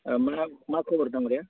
अ मा मा खबर दाङ'रिया